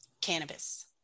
Cannabis